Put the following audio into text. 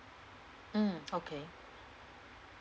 mm okay